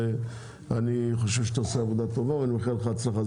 אתה עושה עבודה טובה ואני מאחל לך הצלחה.